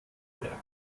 werk